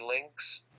links